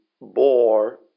bore